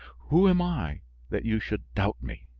who am i that you should doubt me?